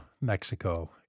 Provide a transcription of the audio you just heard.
Mexico